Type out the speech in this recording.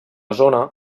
zona